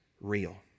real